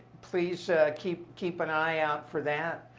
please keep keep an eye out for that.